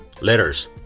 letters